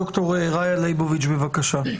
ד"ר רעיה ליבוביץ', בבקשה.